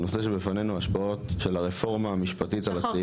הנושא שבפנינו השפעות של הרפורמה המשפטית על הצעירים,